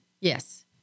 Yes